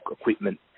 equipment